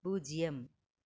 பூஜ்ஜியம்